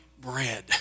bread